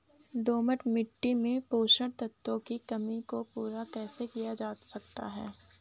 दोमट मिट्टी में पोषक तत्वों की कमी को पूरा कैसे किया जा सकता है?